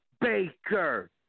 Baker